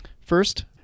First